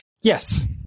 Yes